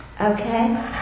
Okay